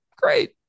great